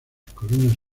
columnas